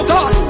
God